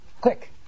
quick